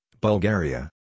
Bulgaria